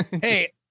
hey